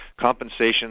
Compensation